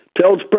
tells